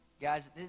Guys